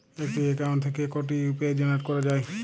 একটি অ্যাকাউন্ট থেকে কটি ইউ.পি.আই জেনারেট করা যায়?